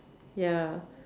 ya